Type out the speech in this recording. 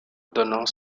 donnant